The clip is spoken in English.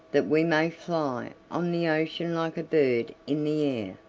that we may fly on the ocean like a bird in the air.